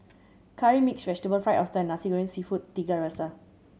Curry Mixed Vegetable Fried Oyster and Nasi Goreng Seafood Tiga Rasa